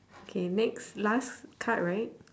okay next last card right